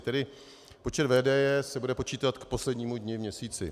Tedy počet VDJ se bude počítat k poslednímu dni v měsíci.